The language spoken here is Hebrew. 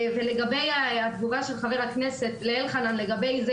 ולגבי התגובה של חבר הכנסת לאלחנן לגבי זה